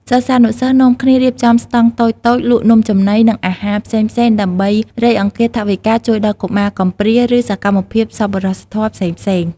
សិស្សានុសិស្សនាំគ្នារៀបចំស្តង់តូចៗលក់នំចំណី និងអាហារផ្សេងៗ ដើម្បីរៃអង្គាសថវិកាជួយដល់កុមារកំព្រា ឬសកម្មភាពសប្បុរសធម៌ផ្សេងៗ។